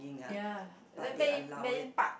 ya that Marine Marine Park